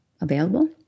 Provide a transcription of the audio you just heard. available